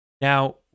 Now